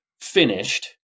finished